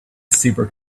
super